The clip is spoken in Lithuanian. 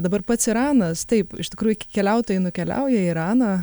dabar pats iranas taip iš tikrųjų keliautojai nukeliauja į iraną